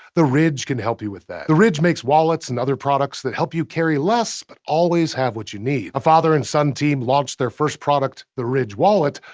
the ridge can help with that. the ridge makes wallets and other products that help you carry less but always have what you need. a father-and-son team launched their first product, the ridge wallet,